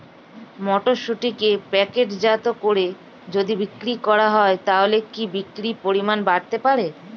মটরশুটিকে প্যাকেটজাত করে যদি বিক্রি করা হয় তাহলে কি বিক্রি পরিমাণ বাড়তে পারে?